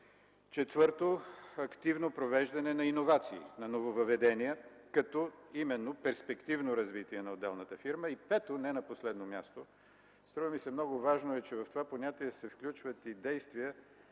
Четвърто, активно провеждане на иновации, на нововъведения, като перспективно развитие на отделната фирма. Пето, не на последно място, струва ми се, че в това понятие се включват и действия